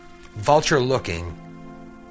Vulture-looking